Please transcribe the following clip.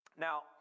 now